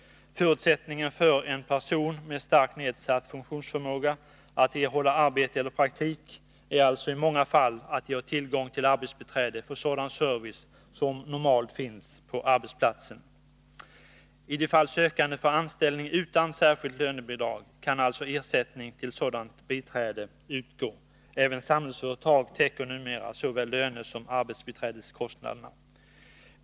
Förutsättningen för att en person med starkt nedsatt funktionsförmåga skall kunna erhålla arbete eller praktik är alltså i många fall att vederbörande har tillgång till arbetsbiträde för sådan service som normalt finns på arbetsplatsen. I de fall sökande får anställning utan särskilt lönebidrag kan alltså ersättning till sådant biträde utgå. Även Samhällsföretag täcker numera såväl lönesom arbetsbiträdeskostnaderna.